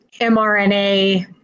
mRNA